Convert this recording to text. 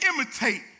imitate